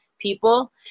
people